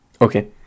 Okay